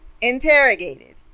interrogated